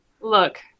Look